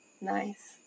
Nice